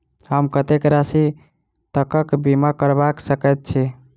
हम कत्तेक राशि तकक बीमा करबा सकैत छी?